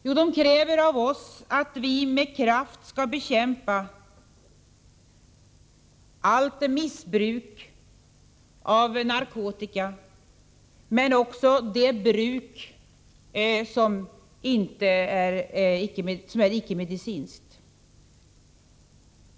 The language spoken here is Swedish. Jo, de kräver av oss att vi med kraft skall bekämpa allt missbruk av narkotika, allt bruk som är icke-medicinskt.